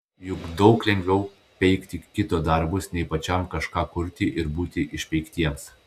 juk daug lengviau peikti kito darbus nei pačiam kažką kurti ir būti išpeiktiems